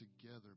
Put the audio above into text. together